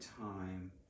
time